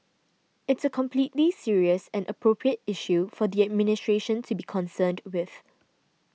it's a completely serious and appropriate issue for the administration to be concerned with